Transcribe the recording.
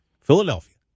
philadelphia